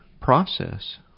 process